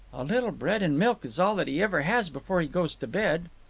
a little bread-and-milk is all that he ever has before he goes to bed.